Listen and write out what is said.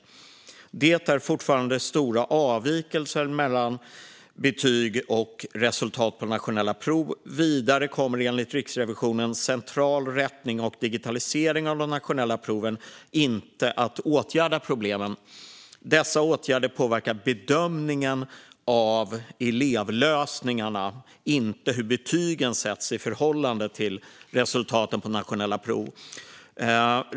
Det är fortfarande stora avvikelser mellan betyg och resultat på nationella prov. Vidare kommer enligt Riksrevisionen central rättning och digitalisering av de nationella proven inte att åtgärda problemen. Dessa åtgärder påverkar bedömningen av elevlösningarna, inte hur betygen sätts i förhållande till resultatet på nationella prov.